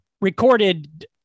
recorded